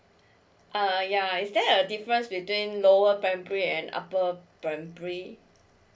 uh ya is there a difference between lower primary an upper primary